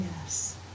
Yes